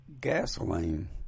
Gasoline